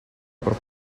por